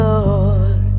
Lord